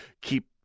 keep